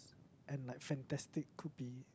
and like fantastic could be